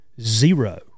zero